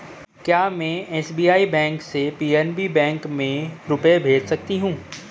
क्या में SBI bank से पी.एन.बी में रुपये भेज सकती हूँ?